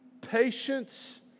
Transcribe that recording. Patience